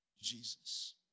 Jesus